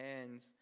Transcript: hands